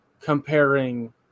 comparing